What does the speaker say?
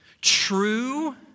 true